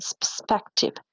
perspective